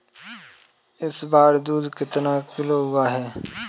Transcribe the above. इस बार दूध कितना किलो हुआ है?